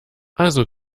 also